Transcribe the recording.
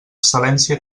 excel·lència